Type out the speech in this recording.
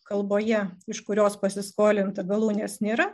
kalboje iš kurios pasiskolinta galūnės nėra